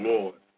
Lord